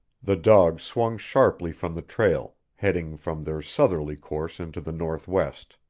the dogs swung sharply from the trail, heading from their southerly course into the northwest.